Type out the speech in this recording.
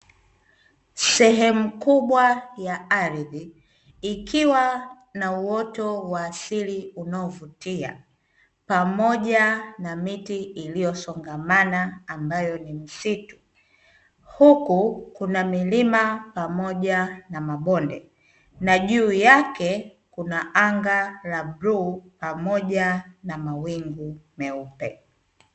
Sehemu kubwa ya ardhi, ikiwa na uoto wa asili unaovutia, pamoja na miti iliyosongamana ambayo ni msitu, huku kuna milima pamoja na mabonde na juu yake kuna anga la bluu, pamoja na mawingu meupe.